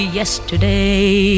yesterday